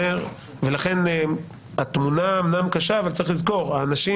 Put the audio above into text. ולכן התמונה אמנם קשה, אבל צריך לזכור: האנשים